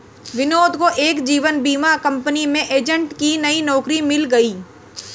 विनोद को एक जीवन बीमा कंपनी में एजेंट की नई नौकरी मिल गयी